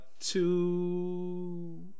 two